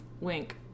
Wink